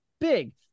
big